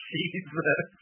Jesus